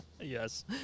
Yes